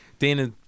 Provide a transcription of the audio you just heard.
Dana